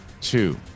two